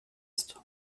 ist